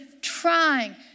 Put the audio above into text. trying